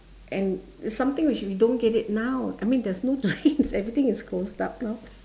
and it's something which we don't get it now I mean there is no drains everything is closed up now